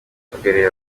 uhagarariye